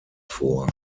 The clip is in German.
vor